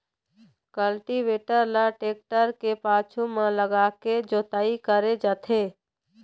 cultivator ल tractor के पाछू म लगाके जोतई करे जाथे